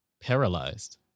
Paralyzed